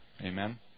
Amen